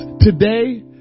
today